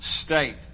state